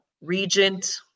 regent